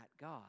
God